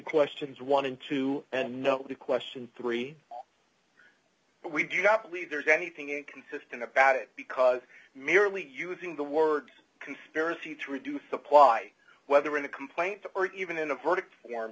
questions one and two and nobody question three but we do not believe there is anything inconsistent about it because merely using the word conspiracy to reduce supply whether in the complaint or even in a verdict form